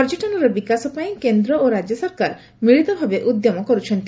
ପର୍ଯ୍ୟଟନର ବିକାଶ ପାଇଁ କେନ୍ଦ୍ ଓ ରାଜ୍ୟ ସରକାର ମିଳିତ ଭାବେ ଉଦ୍ୟମ କରୁଛନ୍ତି